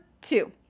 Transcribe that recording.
two